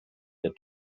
der